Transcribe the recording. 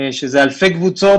שזה אלפי קבוצות.